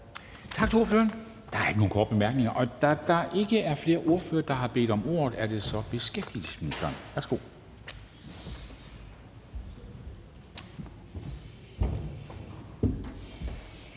Tak til ordføreren. Der er ikke nogen korte bemærkninger. Og da der ikke er flere ordførere, der har bedt om ordet, er det så beskæftigelsesministeren. Værsgo.